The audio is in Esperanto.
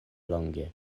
longe